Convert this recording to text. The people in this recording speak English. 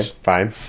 fine